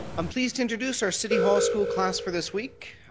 i'm pleased to introduce our city hall school class for this week.